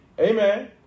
amen